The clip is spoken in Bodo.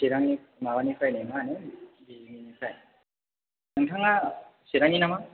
चिरांनि माबानिफ्राय मा होनो बिजनिनिफ्राय नोंथाङा चिरांनि नामा